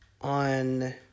on